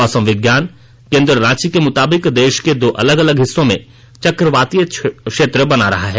मौसम विज्ञान केन्द्र रांची के मुताबिक देश के दो अलग अलग हिस्सों चकवातीय क्षेत्र बन रहा है